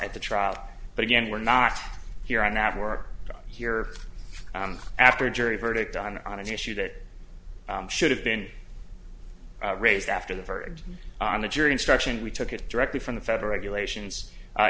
at the trial but again we're not here i'm at work here and after a jury verdict on on an issue that should have been raised after the verdict on the jury instruction we took it directly from the federal regulations